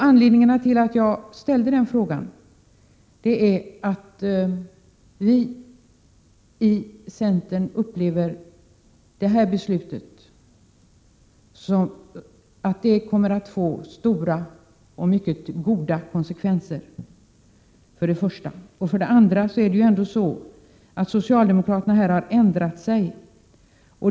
Anledningen till min fråga är för det första att vi i centern har den uppfattningen att detta riksdagsbeslut kommer att få stora och mycket goda konsekvenser och för det andra att socialdemokraterna här har ändrat sig.